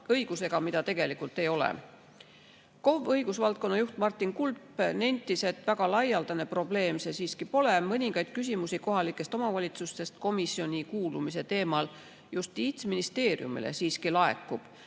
õigusega, mida tegelikult ei ole. KOV õigusvaldkonna juht Martin Kulp nentis, et väga laialdane probleem see siiski pole. Mõningaid küsimusi kohalikest omavalitsustest komisjoni kuulumise teemal Justiitsministeeriumile siiski laekub.